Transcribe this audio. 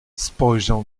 spojrzał